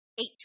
Eight